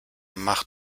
mach